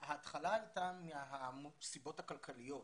ההתחלה הייתה מהסיבות הכלכליות,